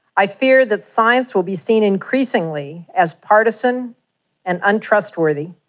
i fear that science will be seen increasingly as partisan and untrustworthy,